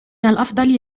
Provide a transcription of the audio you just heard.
الأفضل